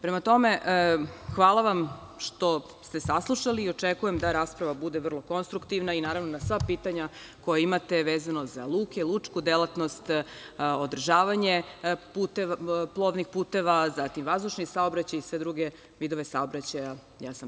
Prema tome, hvala vam što ste saslušali i očekujem da rasprava bude vrlo konstruktivna i, naravno, na sva pitanja koja imate vezano za luke, lučku delatnost, održavanje plovnih puteva, zatim vazdušni saobraćaj i sve druge vidove saobraćaja, tu sam.